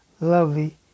Lovely